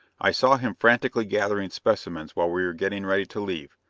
i saw him frantically gathering specimens while we were getting ready to leave,